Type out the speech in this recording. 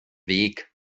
weg